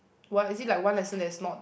what it is like one lesson that is not